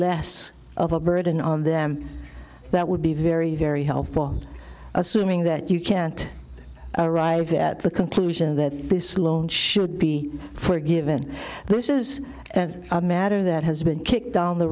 less of a burden on them that would be very very helpful assuming that you can't arrive at the conclusion that this loan should be forgiven this is a matter that has been kicked down the